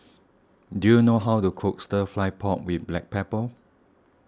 do you know how to cook Stir Fry Pork with Black Pepper